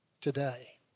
today